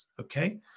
okay